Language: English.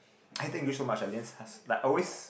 I take risk so much I but always